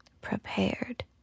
prepared